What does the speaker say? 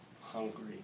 hungry